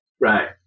Right